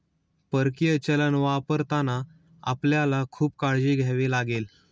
परकीय चलन वापरताना आपल्याला खूप काळजी घ्यावी लागेल